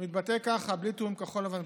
מתבטא ככה בלי תיאום עם כחול לבן,